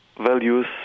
values